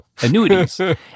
annuities